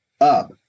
up